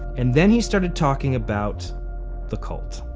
and then he started talking about the cult.